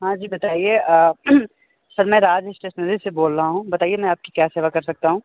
हाँ जी बताइए सर मैं राज स्टेशनरी से बोल रहा हूँ बताइए मैं आपकी क्या सेवा कर सकता हूँ